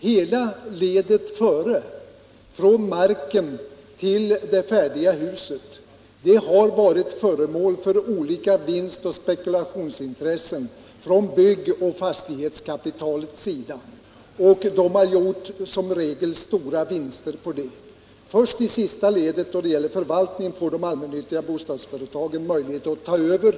Alla led dessförinnan — från marken till det färdiga huset — har varit föremål för olika vinstoch spekulationsintressen från byggoch fastighetskapitalets sida, som i regel gjort stora vinster. Inte förrän i sista ledet — när det gäller förvaltningen — får de allmännyttiga bolagen möjlighet att ta över.